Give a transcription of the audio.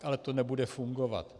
Ale to nebude fungovat.